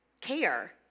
care